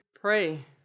Pray